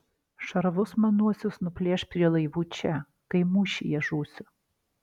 šarvus manuosius nuplėš prie laivų čia kai mūšyje žūsiu